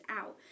out